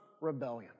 rebellion